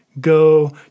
go